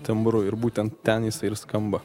tembru ir būtent ten jisai ir skamba